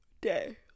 day